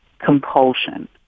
compulsion